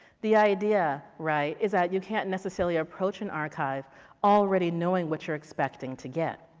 the idea, right, is that you can't necessarily approach an archive already knowing what you are expecting to get.